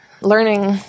Learning